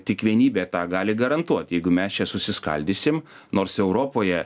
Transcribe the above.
tik vienybė tą gali garantuot jeigu mes čia susiskaldysim nors europoje